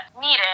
needed